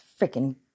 Freaking